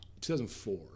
2004